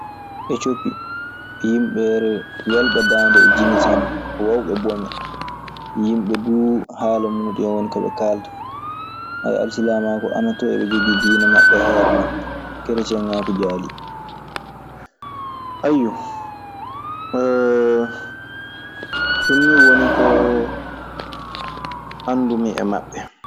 Ecoppi, yimɓe welɓe daande e jimi sanne, woowɓe bo,e. Yimɓe duu haala??? Woni ko ɓe kaalata. Ayyo, ɗun ni woni ko anndumi e maɓɓe.